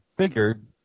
figured